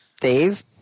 Dave